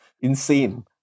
insane